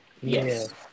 Yes